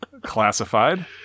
classified